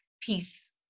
peace